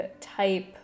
type